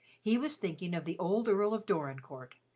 he was thinking of the old earl of dorincourt,